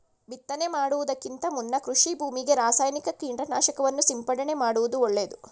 ಬಿತ್ತನೆ ಮಾಡುವುದಕ್ಕಿಂತ ಮುನ್ನ ಕೃಷಿ ಭೂಮಿಗೆ ರಾಸಾಯನಿಕ ಕೀಟನಾಶಕವನ್ನು ಸಿಂಪಡಣೆ ಮಾಡುವುದು ಒಳ್ಳೆದು